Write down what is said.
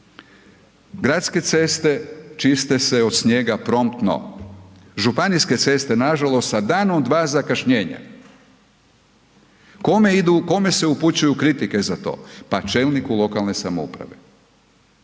gradske ceste se od snijega promptno, županijske ceste nažalost sa danom, dva zakašnjenja. Kome se upućuju kritike za to? Pa čelniku lokalne samouprave.